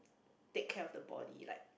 take care of the body like